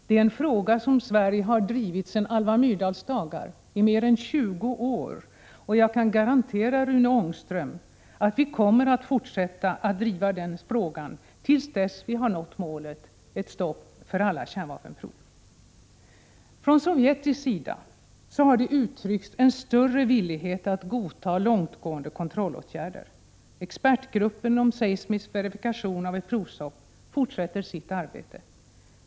Det är en fråga som Sverige har drivit sedan Alva Myrdals dagar, dvs. i mer än 20 år. Jag kan garantera Rune Ångström att vi kommer att fortsätta att driva den till dess vi har nått målet ett stopp för alla kärnvapenprov. Från sovjetisk sida har uttryckts en större villighet att godta långtgående kontrollåtgärder. Expertgruppen om seismisk verifikation av ett provstopp fortsätter sitt arbete.